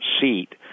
seat